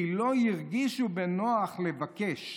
כי לא הרגישו בנוח לבקש,